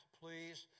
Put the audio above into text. please